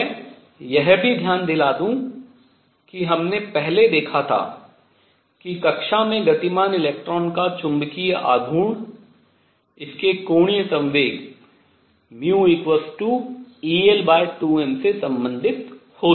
मैं यह भी ध्यान दूँ कि हमने पहले देखा था कि कक्षा में गतिमान इलेक्ट्रॉन का चुंबकीय आघूर्ण इसके कोणीय संवेग μel2m से संबंधित होता है